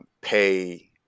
pay